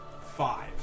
five